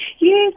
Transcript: Yes